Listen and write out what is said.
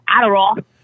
Adderall